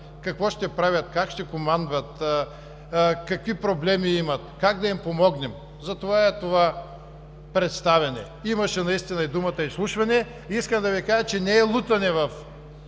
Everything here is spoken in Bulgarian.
какво ще правят, как ще командват, какви проблеми имат, как да им помогнем. Затова е това представяне! Имаше наистина и думата „изслушване“. Искам да Ви кажа, че не е лутане